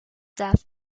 death